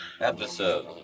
episode